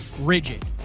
rigid